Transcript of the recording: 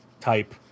type